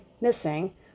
missing